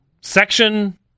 section